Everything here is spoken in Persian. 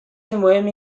مهمی